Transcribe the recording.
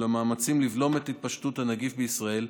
ובמאמצים לבלום את התפשטות הנגיף בישראל,